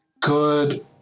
good